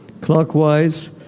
Clockwise